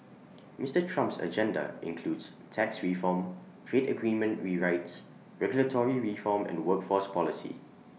Mister Trump's agenda includes tax reform trade agreement rewrites regulatory reform and workforce policy